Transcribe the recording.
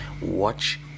watch